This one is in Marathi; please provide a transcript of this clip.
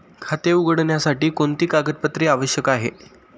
खाते उघडण्यासाठी कोणती कागदपत्रे आवश्यक आहे?